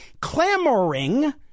clamoring